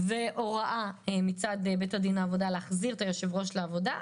והוראה מצד בית הדין לעבודה להחזיר את יושב-ראש הוועד לעבודה,